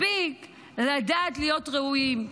מספיק לדעת להיות ראויים.